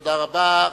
תודה רבה.